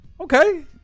Okay